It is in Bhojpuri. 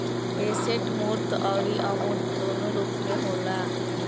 एसेट मूर्त अउरी अमूर्त दूनो रूप में होला